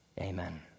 Amen